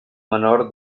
menor